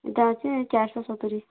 ଇ'ଟା ଅଛେ ଚାଏର୍ ଶହ ସତୁରୀ